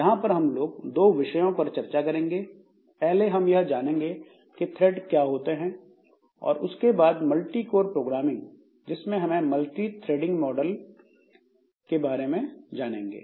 यहां पर हम लोग दो विषयों पर चर्चा करेंगे पहले हम यह जानेंगे कि थ्रेड क्या होते हैं और उसके बाद मल्टीकोर प्रोग्रामिंग जिसमें हम मल्टीथ्रेडिंग मॉडल के बारे में जानेंगे